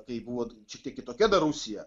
kai buvo šiek tiek kitokia dar rusija